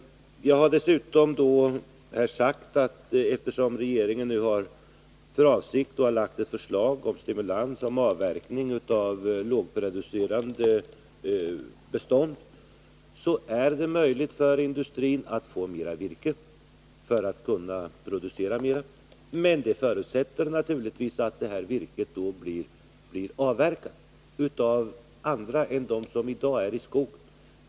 Jag har dessutom sagt att eftersom regeringen nu har lagt fram ett förslag om stimulans till avverkning av lågproducerande bestånd är det möjligt för industrin att få mera virke för att kunna producera mer. Men det förutsätter naturligtvis att detta virke blir avverkat av andra än de som i dag är i skogen.